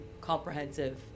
comprehensive